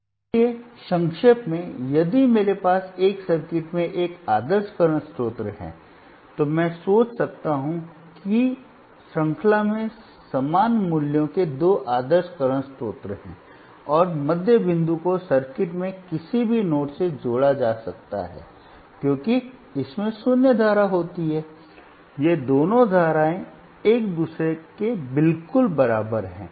इसलिए संक्षेप में यदि मेरे पास एक सर्किट में एक आदर्श करंट स्रोत है तो मैं सोच सकता हूं कि श्रृंखला में समान मूल्यों के दो आदर्श करंट स्रोत हैं और मध्य बिंदु को सर्किट में किसी भी नोड से जोड़ा जा सकता है क्योंकि इसमें शून्य धारा होती है ये दोनों धाराएं एक दूसरे के बिल्कुल बराबर हैं